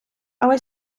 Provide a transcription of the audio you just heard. але